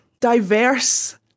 diverse